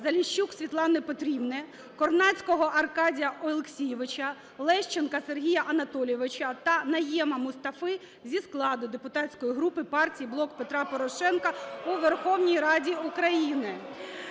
Заліщук Світлани Петрівни, Корнацького Аркадія Олексійовича, Лещенка Сергія Анатолійовича та Найєма Мустафи зі складу депутатської групи партії "Блок Петра Порошенка" у Верховній Раді України.